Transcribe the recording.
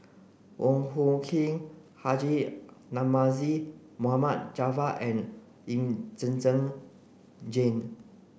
Wong Hung Khim Haji Namazie Mohd Javad and Lee Zhen Zhen Jane